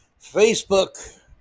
Facebook